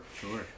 sure